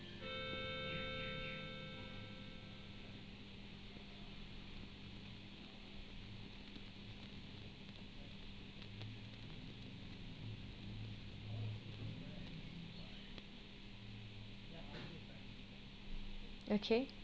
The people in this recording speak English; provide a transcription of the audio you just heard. okay